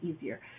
easier